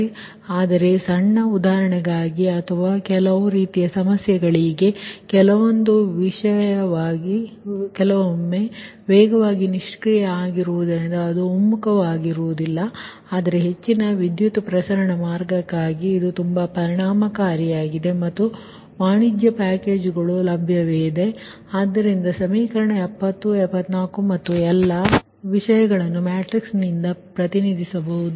ಸಮಯವನ್ನು ನೀಡಲಾಗಿದೆ ಆದರೆ ಸಣ್ಣ ಉದಾಹರಣೆಗಾಗಿ ಅಥವಾ ಇತರ ಕೆಲವು ರೀತಿಯ ಸಮಸ್ಯೆಗಳಿಗೆ ಕೆಲವೊಮ್ಮೆ ವೇಗವಾಗಿ ನಿಷ್ಕ್ರಿಯ ಆಗುವುದರಿಂದ ಅದು ಒಮ್ಮುಖವಾಗುವುದಿಲ್ಲ ಆದರೆ ಹೆಚ್ಚಿನ ವಿದ್ಯುತ್ ಪ್ರಸರಣ ಮಾರ್ಗಕ್ಕಾಗಿ ಇದು ತುಂಬಾ ಪರಿಣಾಮಕಾರಿಯಾಗಿದೆ ಮತ್ತು ವಾಣಿಜ್ಯ ಪ್ಯಾಕೇಜುಗಳು ಲಭ್ಯವಿದೆ ಆದ್ದರಿಂದ ಸಮೀಕರಣ 70 74 ಮತ್ತು ಎಲ್ಲ ವಿಷಯಗಳನ್ನು ಮ್ಯಾಟ್ರಿಕ್ಸಯಿಂದ ಪ್ರತಿನಿಧಿಸಬಹುದು